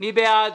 מי בעד?